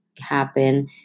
happen